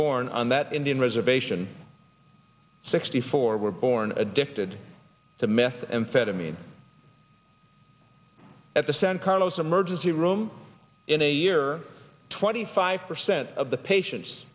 born on that indian reservation sixty four were born addicted to methamphetamine at the sent carlos emergency room in a year twenty five percent of the patients